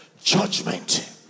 Judgment